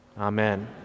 Amen